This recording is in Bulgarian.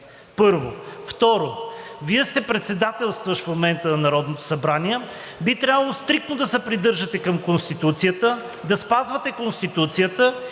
първо. Второ, Вие сте председателстващ в момента на Народното събрание, би трябвало стриктно да се придържате към Конституцията, да спазвате Конституцията